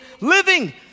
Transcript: living